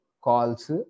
Calls